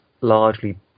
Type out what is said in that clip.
largely